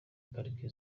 pariki